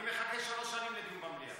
אני מחכה שלוש שנים לדיון במליאה.